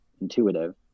intuitive